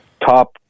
top